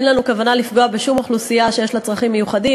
אין לנו כוונה לפגוע בשום אוכלוסייה שיש לה צרכים מיוחדים,